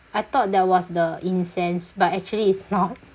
I thought that was the incense but actually it's not